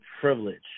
privilege